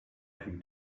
him